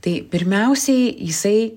tai pirmiausiai jisai